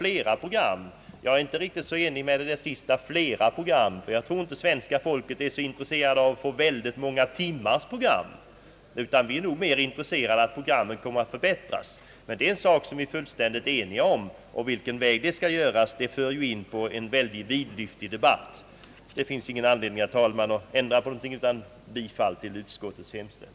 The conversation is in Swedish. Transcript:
Jag är dock inte riktigt med på att skapa fler program. Jag tror inte svenska folket är intresserat av att få väldigt många timmars program. Vi är nog mera intresserade av att programmen förbättras. Det är en sak som vi är fullständigt eniga om. På vilket sätt detta skall ske är en fråga som leder till en vidlyftig debatt. Det finns ingen anledning för mig att ändra på mitt yrkande om bifall till utskottets hemställan.